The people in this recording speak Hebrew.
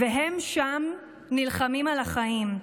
והם שם נלחמים על החיים,